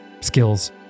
skills